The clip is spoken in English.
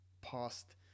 past